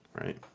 Right